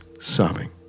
sobbing